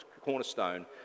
cornerstone